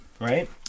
Right